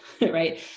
Right